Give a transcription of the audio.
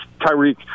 Tyreek